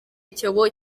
icyobo